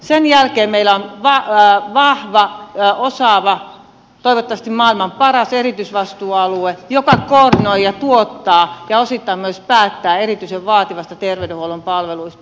sen jälkeen meillä on vahva osaava toivottavasti maailman paras erityisvastuualue joka koordinoi ja tuottaa ja osittain myös päättää erityisen vaativista terveydenhuollon palveluista